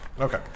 okay